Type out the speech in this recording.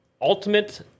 ultimate